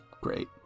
great